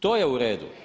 To je u redu.